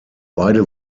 beide